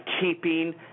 keeping